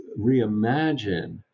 reimagine